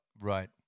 Right